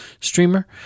streamer